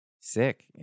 sick